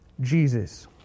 Jesus